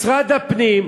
משרד הפנים,